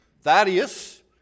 Thaddeus